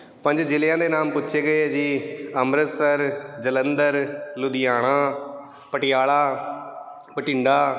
ਪੰਜ ਜ਼ਿਲ੍ਹਿਆਂ ਦੇ ਨਾਮ ਪੁੱਛੇ ਗਏ ਹੈ ਜੀ ਅੰਮ੍ਰਿਤਸਰ ਜਲੰਧਰ ਲੁਧਿਆਣਾ ਪਟਿਆਲਾ ਬਠਿੰਡਾ